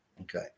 Okay